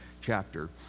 chapter